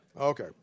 Okay